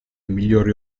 migliori